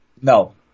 No